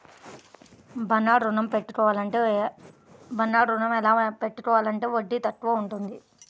బంగారు ఋణం ఎలా పెట్టుకుంటే వడ్డీ తక్కువ ఉంటుంది?